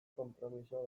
konpromisoa